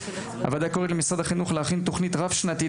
הוועדה קוראת למשרד החינוך להכין תוכנית רב-שנתית,